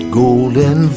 golden